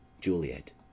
Juliet